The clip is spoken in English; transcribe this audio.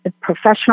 professional